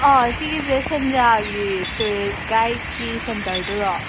ꯑꯥ ꯁꯤꯒꯤꯁꯦ ꯁꯦꯟꯗ꯭ꯔꯥꯒꯤ ꯇꯨꯔꯤꯁ ꯒꯥꯏꯠꯀꯤ ꯁꯦꯟꯇꯔꯗꯨꯔꯣ